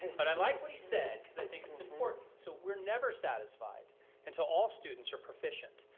but i like what he said because i think it's important. so we're never satisfied until all students are proficient.